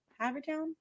Havertown